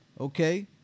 Okay